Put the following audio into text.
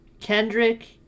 Kendrick